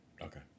okay